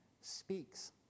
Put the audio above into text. speaks